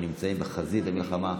הם נמצאים בחזית המלחמה,